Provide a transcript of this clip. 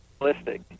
realistic